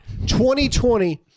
2020